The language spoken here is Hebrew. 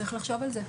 צריך לחשוב על זה.